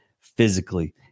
physically